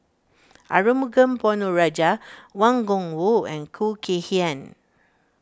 Arumugam Ponnu Rajah Wang Gungwu and Khoo Kay Hian